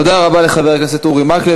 תודה רבה לחבר הכנסת אורי מקלב.